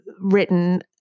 written